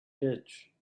ditch